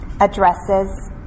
addresses